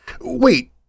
Wait